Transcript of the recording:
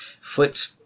flipped –